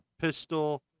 pistol